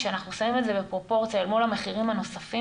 כשאנחנו שמים את זה בפרופורציה אל מול המחירים הנוספים